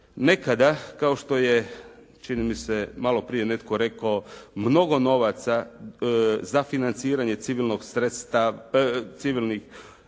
Nekada kao što je čini mi se malo prije netko rekao, mnogo novaca za financiranje civilnog društva